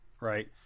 right